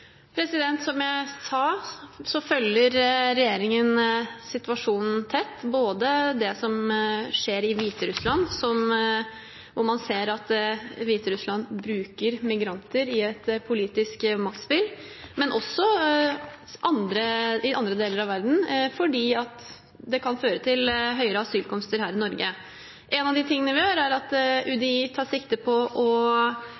Som jeg sa, følger regjeringen situasjonen tett, både det som skjer i Hviterussland – hvor man ser at Hviterussland bruker migranter i et politisk maktspill – og det som skjer i andre deler av verden, fordi det kan føre til høyere asylankomster her i Norge. En av de tingene vi gjør, er at